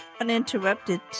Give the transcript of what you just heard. uninterrupted